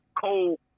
cold